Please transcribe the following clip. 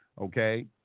Okay